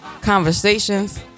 conversations